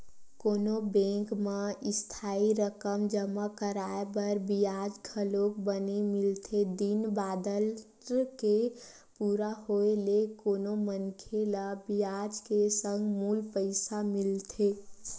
कोनो बेंक म इस्थाई रकम जमा कराय म बियाज घलोक बने मिलथे दिन बादर के पूरा होय ले कोनो मनखे ल बियाज के संग मूल पइसा मिलथे